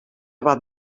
bat